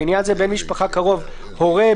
לעניין זה "בן משפחה קרוב" הורה,